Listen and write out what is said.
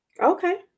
Okay